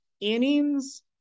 innings